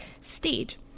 stage